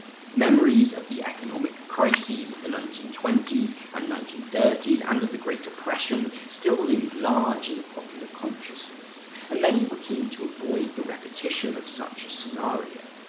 memories of the economic crises of the nineteen twenty s and nineteen thirty s and of the great depression still loomed large in the popular consciousness and many were keen to avoid the repetition of such a scenario.